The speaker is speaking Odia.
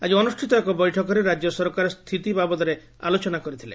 ଆକି ଅନୁଷ୍ଷିତ ଏକ ବୈଠକରେ ରାଜ୍ୟ ସରକାର ସ୍ତିତି ବାବଦରେ ଆଲୋଚନା କରିଥିଲେ